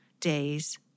days